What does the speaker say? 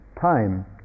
time